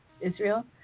Israel